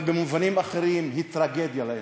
אבל במובנים אחרים היא טרגדיה לאנושות.